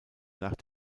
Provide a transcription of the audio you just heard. nach